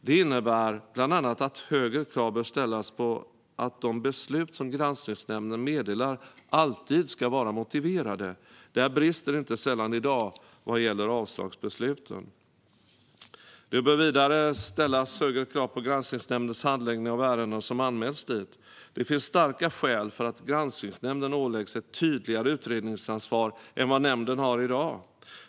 Det innebär bland annat att högre krav bör ställas på att de beslut som Granskningsnämnden meddelar alltid ska vara motiverade. Där brister det inte sällan i dag vad gäller avslagsbesluten. Det bör vidare ställas högre krav på Granskningsnämndens handläggning av ärenden som anmälts dit. Det finns starka skäl för att Granskningsnämnden ska åläggas ett tydligare utredningsansvar än vad nämnden har i dag.